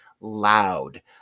loud